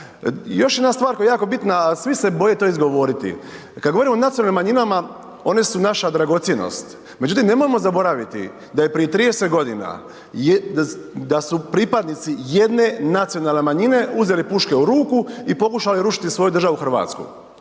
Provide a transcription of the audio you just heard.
Još jedna stvar koja je jako bitna, a svi se boje to izgovoriti. Kad govorimo o nacionalnim manjinama, one su naša dragocjenost, međutim, nemojmo zaboraviti da je prije 30 godina, da su pripadnici jedne nacionalne manjine uzeli puške u ruku i pokušale rušiti svoju državu Hrvatsku.